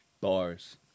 Bars